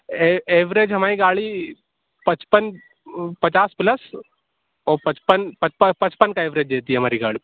average ہماری گاڑی پچپن پچاس پلس اور پچپن پچپن کا ایوریج دیتی ہے ہماری گاڑی